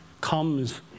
comes